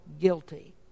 guilty